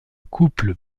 couple